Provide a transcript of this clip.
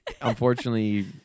Unfortunately